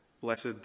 blessed